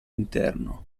interno